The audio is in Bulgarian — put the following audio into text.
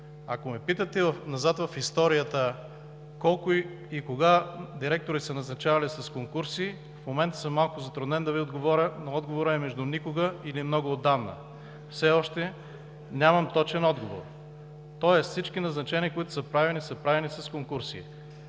Ако ме питате назад в историята колко и кога директори са назначавани с конкурси, в момента съм малко затруднен да Ви отговоря, но отговорът е между никога или много отдавна. Все още нямам точен отговор. Тоест всички назначения, които са правени, са правени с конкурси.